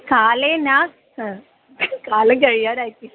काले न काले अय्ति